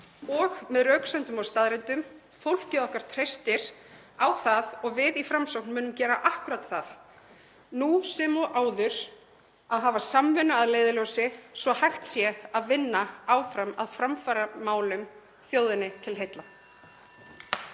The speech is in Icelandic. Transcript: og með röksemdum og staðreyndum. Fólkið okkar treystir á það og við í Framsókn munum gera akkúrat það, nú sem áður, að hafa samvinnu að leiðarljósi svo hægt sé að vinna áfram að framfaramálum þjóðinni til heilla.